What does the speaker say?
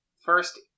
first